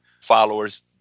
followers